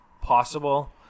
possible